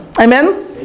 Amen